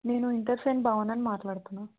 నేను inter friend భావనని మాట్లాడుతున్న